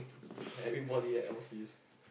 everybody at else is